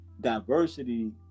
diversity